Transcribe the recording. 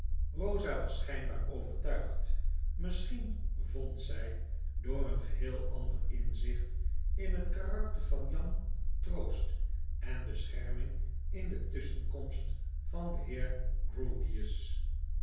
rosa was schynbaar overtuigd misschien vond zy door een geheel ander inzicht in het karakter van jan troost en bescherming in de tusschenkomst van den heer